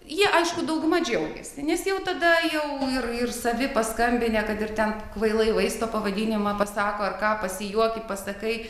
jie aišku dauguma džiaugiasi nes jau tada jau ir ir savi paskambinę kad ir ten kvailai vaisto pavadinimą pasako ar ką pasijuoki pasakai